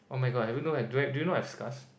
oh my god have you know do you know I have scars